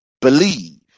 believe